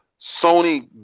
Sony